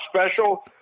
special